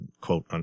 quote